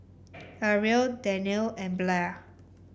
Arvil Danelle and Blair